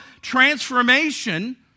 transformation